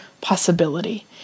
possibility